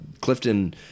Clifton